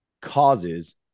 causes